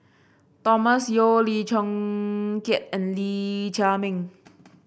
Thomas Yeo Lim Chong Keat and Lee Chiaw Meng